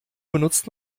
benutzt